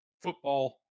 football